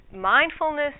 mindfulness